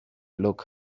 look